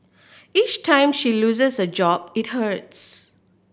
each time she loses a job it hurts